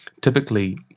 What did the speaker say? typically